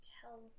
tell